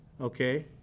okay